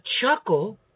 chuckle